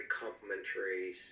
complementary